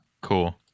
Cool